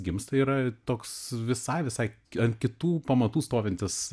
gimsta yra toks visai visai ant kitų pamatų stovintis